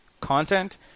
content